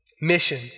Mission